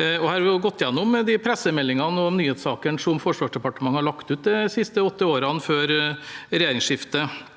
Jeg har gått igjennom de pressemeldingene og nyhetssakene som Forsvarsdepartementet har lagt ut de siste åtte årene før regjeringsskiftet,